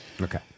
Okay